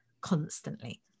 constantly